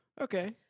okay